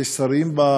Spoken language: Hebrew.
יש שרים?